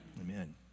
Amen